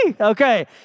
Okay